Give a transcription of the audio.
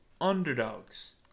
underdogs